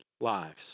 lives